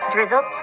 Drizzle